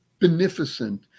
beneficent